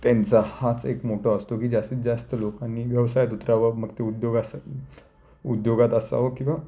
त्यांचा हाच एक मोटो असतो की जास्तीत जास्त लोकांनी व्यवसायात उतरावं मग ते उद्योगास उद्योगात असावं किंवा